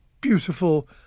beautiful